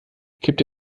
kippte